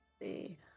see